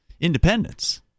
independence